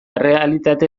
errealitate